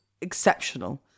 exceptional